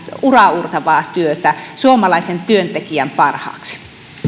uraauurtavaa työtä suomalaisen työntekijän parhaaksi